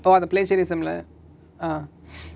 இப்ப வார:ippa vaara play series um lah ah